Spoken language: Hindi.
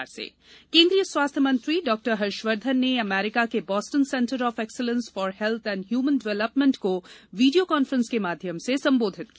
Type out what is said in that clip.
हर्षवर्धन केन्द्रीय स्वास्थ्य मंत्री डॉ हर्षवर्धन ने अमरीका के Boston center of excellence for health and human development को वीडियो कांफ्रेंस के माध्यम से संबोधित किया